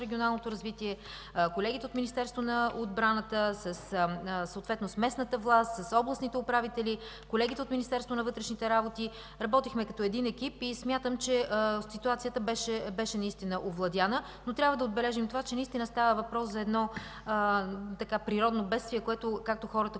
благоустройството, с колегите на Министерството на отбраната, съответно с местната власт, с областните управители, с колегите от Министерството на вътрешните работи. Работихме като един екип и смятам, че ситуацията беше наистина овладяна. Но трябва да отбележим и това, че наистина става въпрос за природно бедствие, което, както хората,